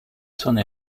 saône